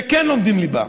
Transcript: שכן לומדים ליבה,